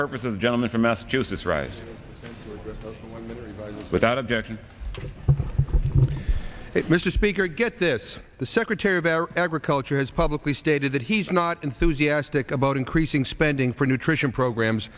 the gentleman from massachusetts rise without objection mr speaker get this the secretary of agriculture has publicly stated that he's not enthusiastic about increasing spending for nutrition programs